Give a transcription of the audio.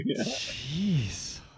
Jeez